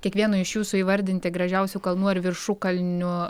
kiekvieno iš jūsų įvardinti gražiausių kalnų ar viršukalnių